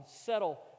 settle